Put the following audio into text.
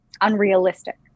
unrealistic